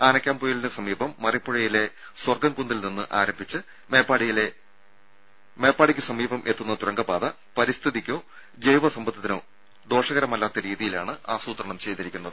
ആനക്കാംപൊയിലിന് സമീപം മറിപ്പുഴയിലെ സ്വർഗ്ഗംകുന്നിൽ നിന്ന് ആരംഭിച്ച് വയനാട്ടിലെ മേപ്പാടിയ്ക്ക് സമീപം എത്തുന്ന തുരങ്കപാത പരിസ്ഥിതിക്കോ ജൈവസമ്പത്തിനോ ദോഷകരമല്ലാത്ത രീതിയിലാണ് ആസൂത്രണം ചെയ്തിരിക്കുന്നത്